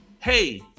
hey